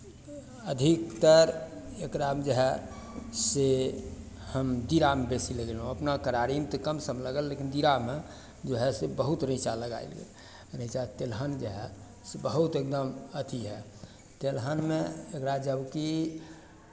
अधिकतर एकरामे जे हए से हम दियरामे बेसी लगयलहुँ अपना करारीमे तऽ कम सम लागल लेकिन दियरामे जो हए से बहुत रैँचा लगाय लेलहुँ रैँचा तेलहन जे हए से बहुत एकदम अथि हए तेलहनमे एकरा जबकि